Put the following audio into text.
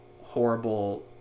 horrible